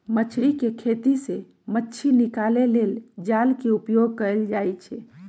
मछरी कें खेति से मछ्री निकाले लेल जाल के उपयोग कएल जाइ छै